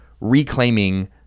reclaiming